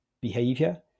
behavior